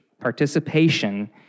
Participation